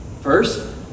First